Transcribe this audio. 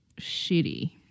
shitty